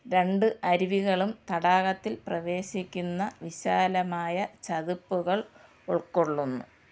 രണ്ട് അരുവികളും തടാകത്തിൽ പ്രവേശിക്കുന്ന വിശാലമായ ചതുപ്പുകൾ ഉൾക്കൊള്ളുന്നു